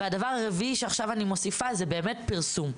הדבר הרביעי שעכשיו אני מוסיפה זה באמת פרסום,